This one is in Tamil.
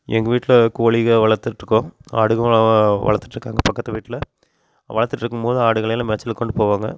எங்கள் வீட்டில் கோழிகள் வளர்த்துட்ருக்கோம் ஆடுகளும் வளர்த்துட்ருக்காங்க பக்கத்து வீட்டில் வளர்த்துட்ருக்கும் போது ஆடுகளெல்லாம் மேய்ச்சலுக்கு கொண்டு போவாங்க